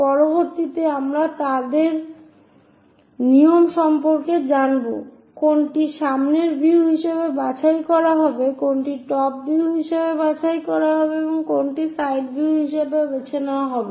পরবর্তীতে আমরা তাদের নিয়ম সম্পর্কে জানব কোনটি সামনের ভিউ হিসেবে বাছাই করা হবে কোনটি টপ ভিউ হিসেবে বাছাই করা হবে এবং কোনটি সাইড ভিউ হিসেবে বেছে নেওয়া হবে